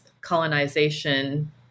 colonization